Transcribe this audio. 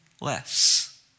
less